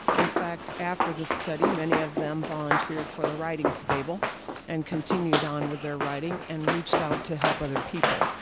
in fact, after this study, many of them volunteered for the riding stable and continued on with their riding and reached out to help other people.